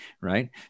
right